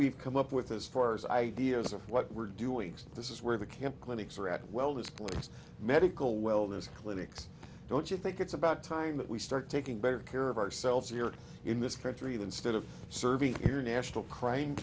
we've come up with as far as ideas of what we're doing this is where the camp clinics are at wellness plus medical wellness clinics don't you think it's about time that we start taking better care of ourselves here in this country than stead of serving here national cr